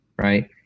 right